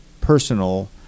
personal